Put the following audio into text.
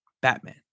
Batman